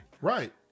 Right